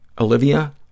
Olivia